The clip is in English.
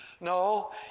No